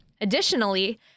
Additionally